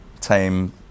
tame